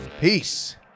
peace